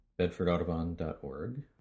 bedfordaudubon.org